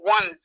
One